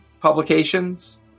publications